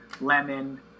lemon